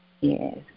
Yes